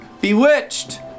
Bewitched